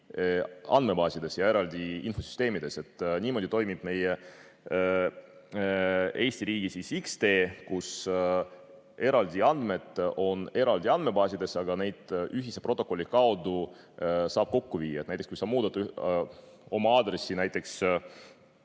andmebaasides ja eraldi infosüsteemides. Niimoodi toimib meie Eesti riigi X-tee, kus eraldi andmed on eraldi andmebaasides, aga neid ühise protokolli kaudu saab kokku viia. Näiteks kui sa muudad oma aadressi ARK-is,